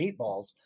meatballs